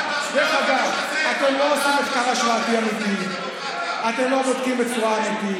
למה אתם לא מגישים את חוק-יסוד: